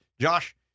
Josh